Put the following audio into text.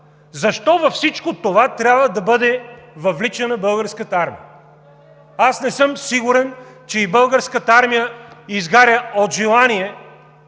Защо във всичко това трябва да бъде въвличана Българската армия? Аз не съм сигурен, че и Българската армия изгаря от желание